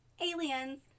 aliens